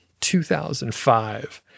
2005